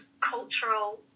cultural